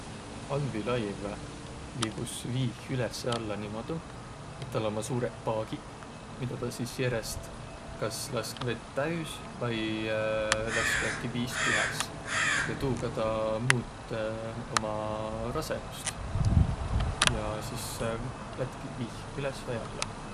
Allviilaiv liigus viih üles ja alla niimuudu, et täl ummaq suurõq paagiq, midä tä sis järest kas lask vett täüs vai lask jälki viist tühäs. Ja tuuga tä muut uma rasõhust ja sis lättki viih üles vai alla.